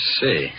see